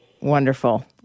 Wonderful